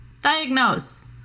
Diagnose